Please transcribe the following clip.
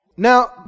Now